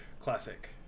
Classic